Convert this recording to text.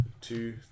Two